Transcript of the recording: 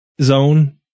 zone